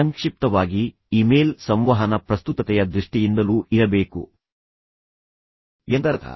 ಸಂಕ್ಷಿಪ್ತವಾಗಿ ಇಮೇಲ್ ಸಂವಹನ ಪ್ರಸ್ತುತತೆಯ ದೃಷ್ಟಿಯಿಂದಲೂ ಇರಬೇಕು ಎಂದರ್ಥ